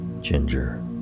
Ginger